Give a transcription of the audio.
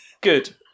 Good